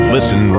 Listen